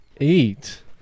Eight